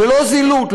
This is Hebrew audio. ולא זילות,